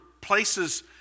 places